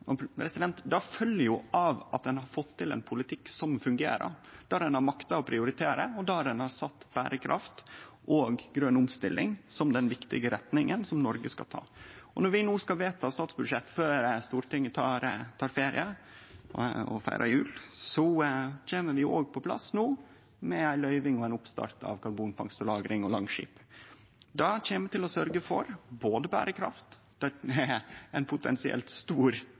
Det følgjer av at ein har fått til ein politikk som fungerer, der ein har makta å prioritere, og der ein har sett berekraft og grøn omstilling som den viktige retninga som Noreg skal ta. Når vi no skal vedta statsbudsjettet før Stortinget tek ferie og feirar jul, kjem vi òg på plass med ei løyving og ein oppstart av karbonfangst og -lagring og Langskip. Det kjem til å sørgje for berekraft – dette er ein potensielt stor